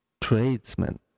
tradesmen